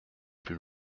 plus